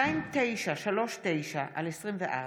פ/2939/24